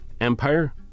Empire